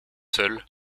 seul